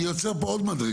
אני יוצר פה עוד מדרגה.